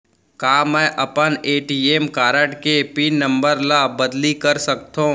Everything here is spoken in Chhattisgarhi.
का मैं अपन ए.टी.एम कारड के पिन नम्बर ल बदली कर सकथव?